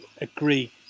agree